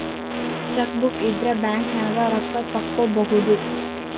chequebook ಇದ್ರ ಬ್ಯಾಂಕ್ನ್ಯಾಗ ರೊಕ್ಕಾ ತೊಕ್ಕೋಬಹುದು